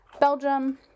Belgium